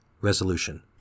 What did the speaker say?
Resolution